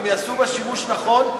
אם יעשו בה שימוש נכון,